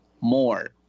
More